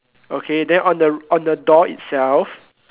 okay then on the on the door itself